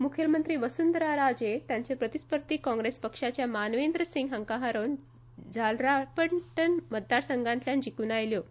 मुखेलमंत्री वसुंधरा राजे तांचे प्रतीस्पदर्धी काँग्रेस पक्षाच्या मानवेंद्र सिंग हांका हारोवन झालरापटन मतदारसंघातल्यान जिकून आयल्यो